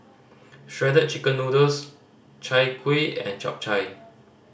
Shredded Chicken Noodles Chai Kuih and Chap Chai